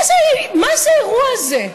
מה זה האירוע הזה?